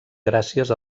gràcies